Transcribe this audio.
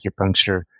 acupuncture